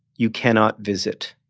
you cannot visit.